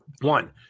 One